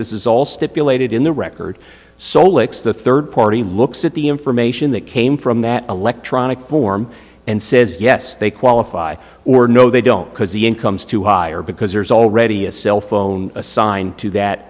this is all stipulated in the record solex the third party looks at the information that came from that electronic form and says yes they qualify or no they don't because the incomes to hire because there's already a cellphone assigned to that